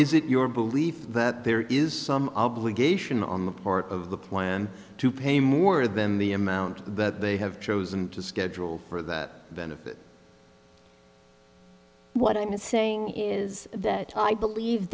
is it your belief that there is some obligation on the part of the plan to pay more than the amount that they have chosen to schedule for that benefit what i'm saying is that i believe